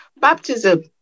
Baptism